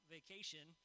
Vacation